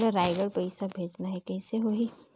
मोला रायगढ़ पइसा भेजना हैं, कइसे होही?